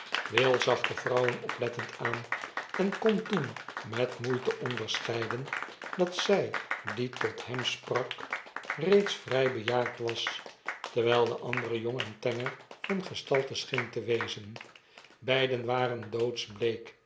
will zag de vrouwen oplettend aan en kon toen met moeite onderscheiden dat zjj die tot hem sprak reeds vry bejaard was terwijl de andere jong en tenger van gestalte scheen te wezen beiden waren